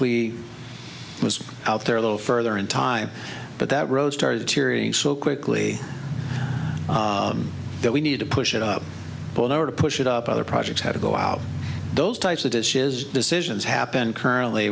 we was out there a little further in time but that road started tearing so quickly that we need to push it up bono to push it up other projects have to go out those types of dishes decisions happen currently